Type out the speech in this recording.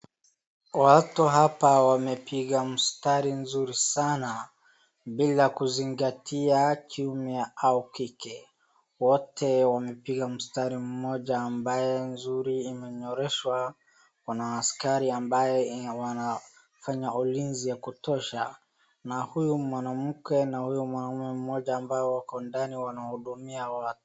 Watu hapa wamepiga mstari mzuri sana bila kuzingatia kiume au kike. Wote wamepiga mstari mmoja ambaye nzuri imenyoreshwa. Kuna askari ambaye wanafanya ulinzi ya kutosha na huyu mwanamke na huyu mwanaume mmoja ambao wako ndani wanahudumia watu.